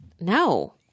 No